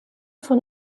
von